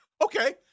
Okay